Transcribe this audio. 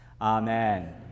Amen